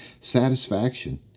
satisfaction